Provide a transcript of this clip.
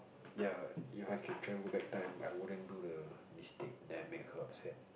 ya If I can travel back time I wouldn't do the mistake that made her upset